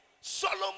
Solomon